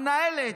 המנהלת: